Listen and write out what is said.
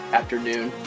afternoon